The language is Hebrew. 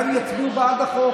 אולי הם יצביעו בעד החוק,